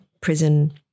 prison